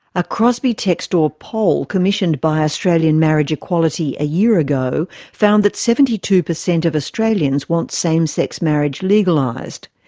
a crosby textor poll commissioned by australian marriage equality a year ago found that seventy two percent of australians want same-sex marriage legalised.